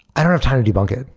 i don't have time to debunk it.